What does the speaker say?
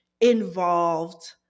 involved